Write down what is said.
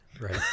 Right